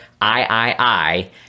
I-I-I